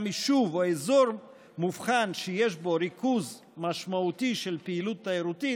גם יישוב או אזור מובחן שיש בו ריכוז משמעותי של פעילות תיירותית"